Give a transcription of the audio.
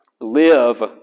Live